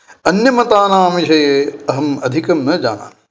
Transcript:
अन्यमतानां विषये अहम् अधिकं न जानामि